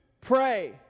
pray